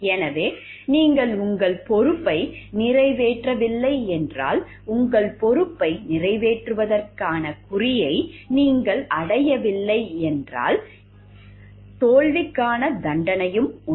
எனவே நீங்கள் உங்கள் பொறுப்பை நிறைவேற்றவில்லை என்றால் உங்கள் பொறுப்பை நிறைவேற்றுவதற்கான குறியை நீங்கள் அடையவில்லை என்றால் தோல்விக்கான தண்டனையும் உண்டு